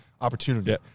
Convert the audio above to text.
opportunity